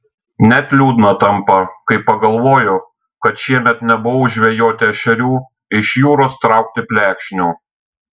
net liūdna tampa kai pagalvoju kad šiemet nebuvau žvejoti ešerių iš jūros traukti plekšnių